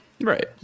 Right